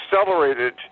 accelerated